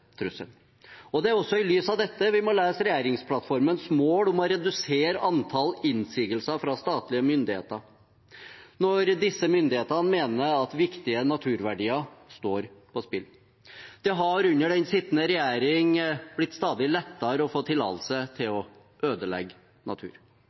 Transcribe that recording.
Det er i lys av dette vi må lese regjeringsplattformens mål om å redusere antall innsigelser fra statlige myndigheter, når disse myndighetene mener at viktige naturverdier står på spill. Det har under den sittende regjering blitt stadig lettere til å få tillatelse til